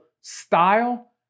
style